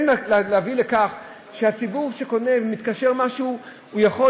להביא לכך שהציבור שקונה ומתקשר עם מישהו יוכל